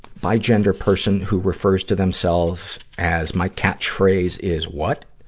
bi-gender person who refers to themself as my catchphrase is what?